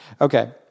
Okay